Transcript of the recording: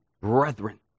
brethren